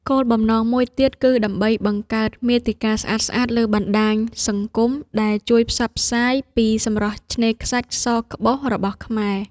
គោលបំណងមួយទៀតគឺដើម្បី បង្កើតមាតិកាស្អាតៗលើបណ្ដាញសង្គមដែលជួយផ្សព្វផ្សាយពីសម្រស់ឆ្នេរខ្សាច់សក្បុសរបស់ខ្មែរ។